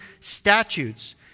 statutes